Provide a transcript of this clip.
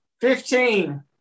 Fifteen